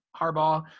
Harbaugh